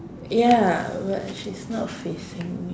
ya but she's not facing me